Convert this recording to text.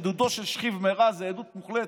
שעדותו של שכיב מרע היא עדות מוחלטת.